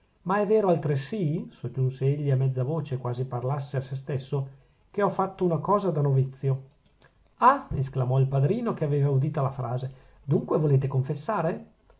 ma è vero altresì soggiunse egli a mezza voce quasi parlasse a sè stesso che ho fatto una cosa da novizio ah esclamò il padrino che aveva udita la frase dunque volete confessare